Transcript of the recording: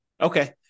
Okay